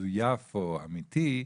מזויף או אמיתי,